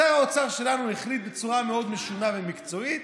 שר האוצר שלנו החליט בצורה מאוד משונה ומקצועית: